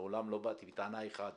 מעולם לא באתי בטענה אחת